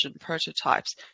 prototypes